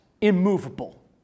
immovable